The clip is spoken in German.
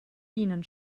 bienen